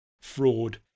fraud